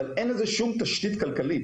אבל אין לזה שום תשתית כלכלית.